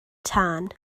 tân